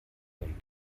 und